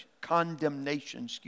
condemnation